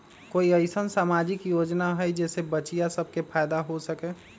कोई अईसन सामाजिक योजना हई जे से बच्चियां सब के फायदा हो सके?